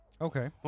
okay